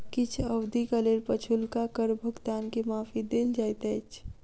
किछ अवधिक लेल पछुलका कर भुगतान के माफी देल जाइत अछि